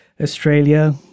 Australia